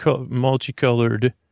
multicolored